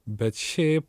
bet šiaip